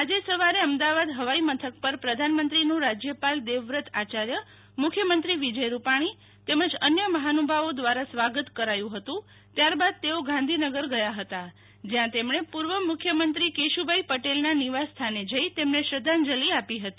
આજે સવારે અમદાવાદ હવાઈમથક પર પ્રધાનમંત્રીનું રાજયપાલ દેવવ્રત આચાર્ય મુખ્યમંત્રી વિજય રૂપાણી તેમજ અન્ય મહાનુ ભાવો ક્રારા સ્વાગત કરાયુ હતું ત્યારબાદ તેઓ ગાંધીગનર ગયા હતા જયાં તેમણે પુર્વ મુખ્યમંત્રી કેશુભાઈ પટેલના નિવાસ સ્થાને જઈતેમને શ્રધ્ધાંજલિ આપી હતી